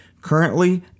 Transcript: Currently